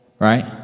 Right